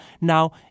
Now